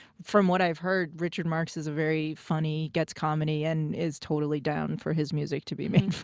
from what i've heard, richard marx is a very funny gets comedy and is totally down for his music to be made fun